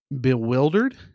bewildered